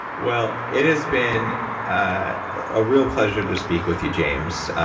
well, it has been a real pleasure to speak with you, james.